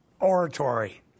oratory